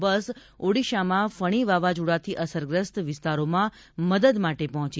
બસ ઓડીશામાં ફણી વાવાઝોડાથી અસરગ્રસ્ત વિસ્તારોમાં મદદ માટે પહોંચી છે